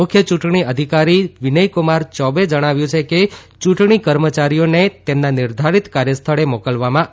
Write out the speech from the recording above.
મુખ્ય યૂંટણી ધિકારી વિનયક્રમાર યૌબેએ જણાવ્યું છે કે ચૂંટણી કર્મચારીઓને તેમના નિર્ધારિત કાર્યસ્થળે મોકલવામાં આવ્યા છે